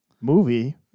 movie